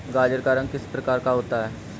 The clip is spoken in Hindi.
गाजर का रंग किस प्रकार का होता है?